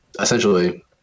essentially